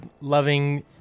loving